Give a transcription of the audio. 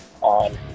on